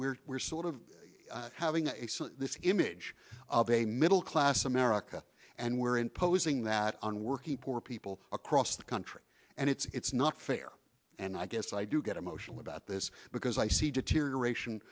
where we're sort of having this image of a middle class america and we're imposing that on working poor people across the country and it's not fair and i guess i do get emotional about this because i see deterioration